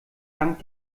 dank